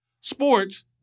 Sports